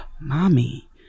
Mommy